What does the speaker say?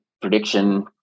prediction